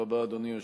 אדוני היושב-ראש,